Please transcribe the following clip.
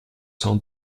cent